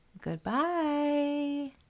Goodbye